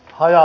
haja